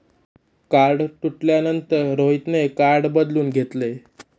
card तुटल्यानंतर रोहितने card बदलून घेतले